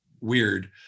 weird